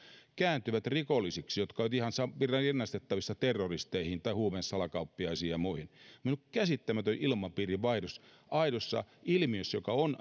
kääntyvät rikollisiksi jotka ovat ihan rinnastettavissa terroristeihin tai huumesalakauppiaisiin ja muihin meillä on käsittämätön ilmapiirin vaihdos aidossa ilmiössä joka on